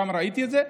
וגם ראיתי את זה,